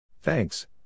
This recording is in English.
Thanks